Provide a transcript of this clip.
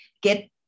get